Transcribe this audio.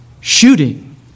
shooting